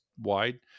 wide